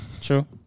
True